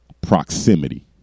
proximity